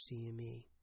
CME